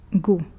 go